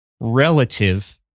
relative